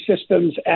system's